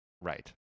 right